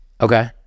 Okay